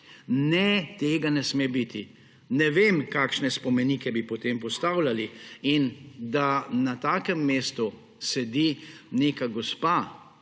Ne, tega ne sme biti. Ne vem, kakšne spomenike bi potem postavljali! In da na takem mestu sedi neka gospa,